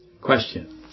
question